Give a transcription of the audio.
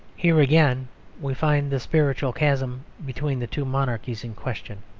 here again we find the spiritual chasm between the two monarchies in question.